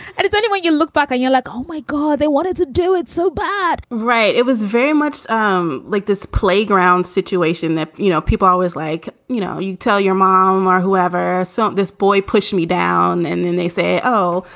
and it's only when you look back on you're like, oh my god, they wanted to do it so bad right. it was very much um like this playground situation that, you know, people always like, you know, you tell your mom or whoever sent this boy, push me down. and then they say, oh,